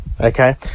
Okay